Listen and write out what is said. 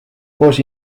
koos